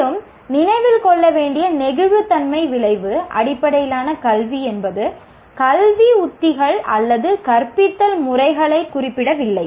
மேலும் நினைவில் கொள்ள வேண்டிய நெகிழ்வுத்தன்மை விளைவு அடிப்படையிலான கல்வி என்பது கல்வி உத்திகள் அல்லது கற்பித்தல் முறைகளைக் குறிப்பிடவில்லை